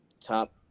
top